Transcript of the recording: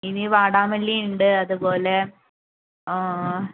ഇനി വാടാമല്ലി ഉണ്ട് അതുപോലെ